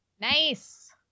Nice